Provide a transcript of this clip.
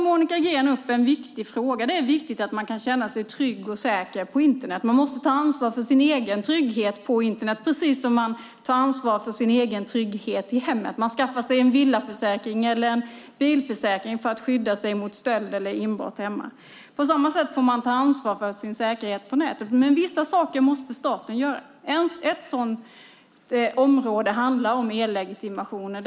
Monica Green tar upp en viktig fråga, nämligen att man ska känna sig trygg och säker på Internet. Man måste ta ansvar för sin egen trygghet på Internet på samma sätt som man tar ansvar för sin egen trygghet i hemmet. Man skaffar sig en villaförsäkring och en bilförsäkring för att skydda sig mot inbrott och stöld hemma. På samma sätt får man ta ansvar för sin säkerhet på nätet. Vissa saker måste dock staten göra. Ett sådant område är e-legitimationerna.